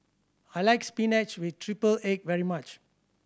I like spinach with triple egg very much